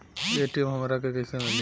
ATM हमरा के कइसे मिली?